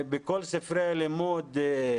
בכל ספרי הלימוד,